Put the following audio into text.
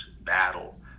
battle